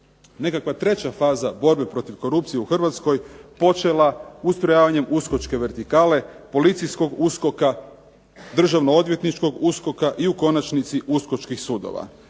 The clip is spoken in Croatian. nekakva treća faza borbe protiv korupcije u Hrvatskoj počela ustrojavanjem USKOK-čke vertikale, policijskog USKOK-a, Državno odvjetničkog USKOK-a i u konačnici USKOK-čkih sudova.